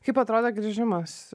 kaip atrodo grįžimas